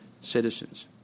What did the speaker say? citizens